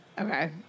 Okay